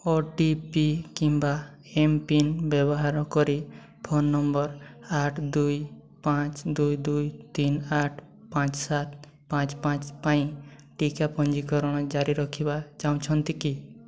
ଓ T P କିମ୍ବା mPIN ବ୍ୟବହାର କରି ଫୋନ୍ ନମ୍ବର୍ ଆଠ ଦୁଇ ପାଞ୍ଚ ଦୁଇ ଦୁଇ ତିନ ଆଠ ପାଞ୍ଚ ସାତ ପାଞ୍ଚ ପାଞ୍ଚ ପାଇଁ ଟିକା ପଞ୍ଜୀକରଣ ଜାରି ରଖିବା ଚାହୁଁଛନ୍ତି କି